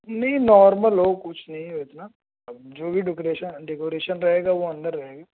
نہیں نارمل ہو کچھ نہیں ہو اتنا جو بھی ڈیکوریشن ڈیکوریشن رہے گا وہ اندر رہے گا